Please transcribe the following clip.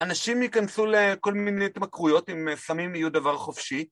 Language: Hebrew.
אנשים ייכנסו לכל מיני התמכרויות, אם סמים יהיו דבר חופשי.